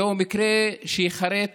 זהו מקרה שייחרת